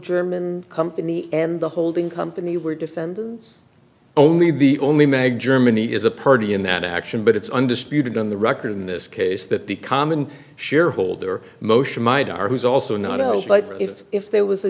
german company and the holding company were defended only the only mag germany is a party in that action but it's undisputed on the record in this case that the common shareholder motion my daughter who's also not ours but if if there was a